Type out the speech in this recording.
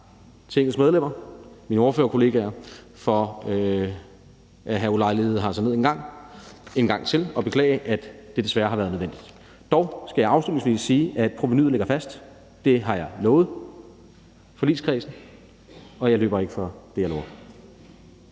Tingets medlemmer, mine ordførerkollegaer, for at have ulejliget sig herned en gang til, og jeg skal beklage, at det desværre har været nødvendigt. Dog skal jeg afslutningsvis sige, at provenuet ligger fast; det har jeg lovet forligskredsen, og jeg løber ikke fra det, jeg lover.